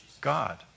God